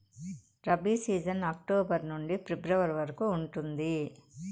rabi season October నుండి February వరకు ఉంటుంది